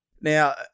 Now